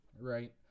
right